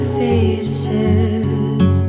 faces